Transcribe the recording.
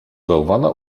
bałwana